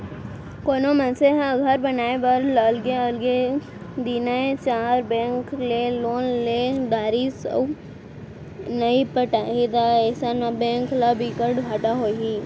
कोनो मनसे ह घर बनाए बर अलगे अलगे तीनए चार बेंक ले लोन ले डरिस अउ नइ पटाही त अइसन म बेंक ल बिकट घाटा होही